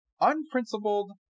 unprincipled